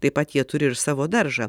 taip pat jie turi ir savo daržą